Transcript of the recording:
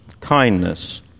kindness